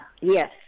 Yes